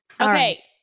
Okay